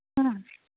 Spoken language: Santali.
ᱱᱚᱣᱟ